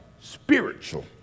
spiritual